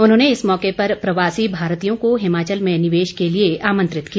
उन्होंने इस मौके पर प्रवासी भारतीयों को हिमाचल में निवेश के लिए आमंत्रित किया